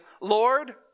Lord